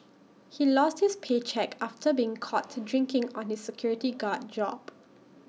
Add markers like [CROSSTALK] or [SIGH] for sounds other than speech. [NOISE] he lost his paycheck after being caught drinking on his security guard job